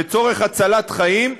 לצורך הצלת חיים,